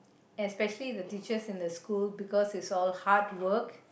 especially the teachers in the school because is all hard work